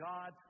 God